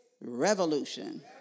revolution